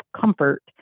comfort